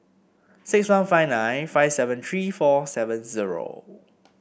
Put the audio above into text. six one five nine five seven three four seven zero